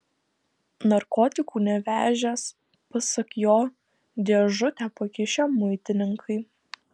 narkotikų nevežęs pasak jo dėžutę pakišę muitininkai